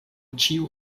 ĉiu